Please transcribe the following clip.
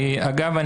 אגב,